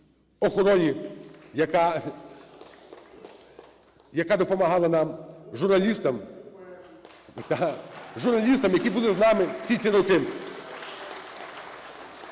охороні, яка допомагала нам, журналістам, які були з нами всі ці роки,